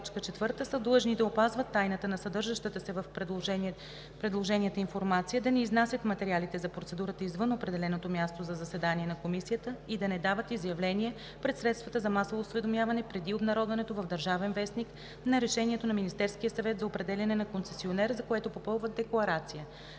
длъжни да опазват тайната на съдържащата се в предложенията информация, да не изнасят материалите за процедурата извън определеното място за заседаване на комисията и да не дават изявления пред средствата за масово осведомяване преди обнародването в „Държавен вестник“ на решението на Министерския съвет за определяне на концесионер, за което попълват декларация.